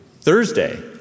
Thursday